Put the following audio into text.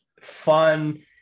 fun